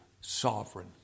sovereign